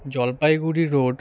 Jalpaiguri road